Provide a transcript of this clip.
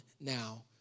now